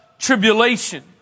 Tribulation